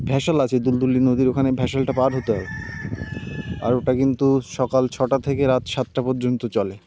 vessel আছে দুলদুলি নদীর ওখানে ভ্যাসেলটা পার হতে হবে আর ওটা কিন্তু সকাল ছটা থেকে রাত সাতটা পর্যন্ত চলে